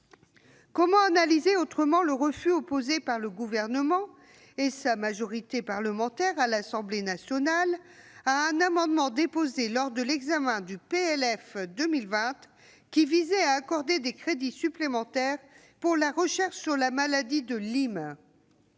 Comment analyser autrement le refus opposé par le Gouvernement et sa majorité parlementaire, à l'Assemblée nationale, à un amendement au PLF pour 2020 qui visait à accorder des crédits supplémentaires pour la recherche sur la maladie de Lyme ?